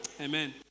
amen